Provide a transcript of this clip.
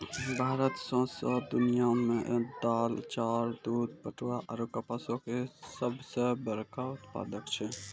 भारत सौंसे दुनिया मे दाल, चाउर, दूध, पटवा आरु कपासो के सभ से बड़का उत्पादक छै